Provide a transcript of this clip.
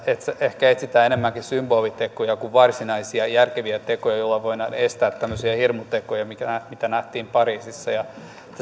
ehkä etsitään enemmänkin symbolitekoja kuin varsinaisia järkeviä tekoja joilla voidaan estää tämmöisiä hirmutekoja mitä nähtiin pariisissa